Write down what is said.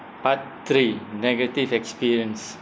part three negative experience